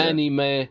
Anime